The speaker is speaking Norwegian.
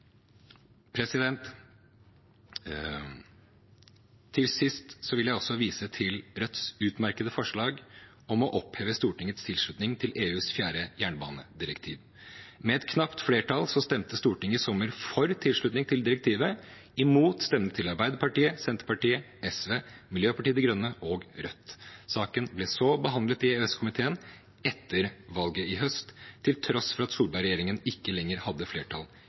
Til sist vil jeg vise til Rødts utmerkede forslag om å oppheve Stortingets tilslutning til EUs fjerde jernbanedirektiv. Med et knapt flertall stemte Stortinget i sommer for tilslutning til direktivet, mot stemmene til Arbeiderpartiet, Senterpartiet, SV, Miljøpartiet De Grønne og Rødt. Saken ble så behandlet i EØS-komiteen etter valget i høst, til tross for at Solberg-regjeringen ikke lenger hadde flertall